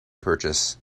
purchase